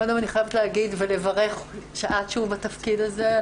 קודם אני חייבת להגיד ולברך שאת שוב בתפקיד הזה.